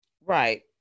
Right